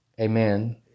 Amen